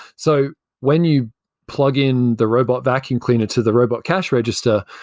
so when you plug in the robot vacuum cleaner to the robot cash register,